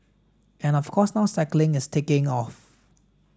and of course now cycling is taking off